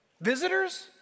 Visitors